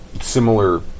Similar